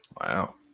Wow